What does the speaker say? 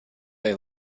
they